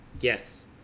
Yes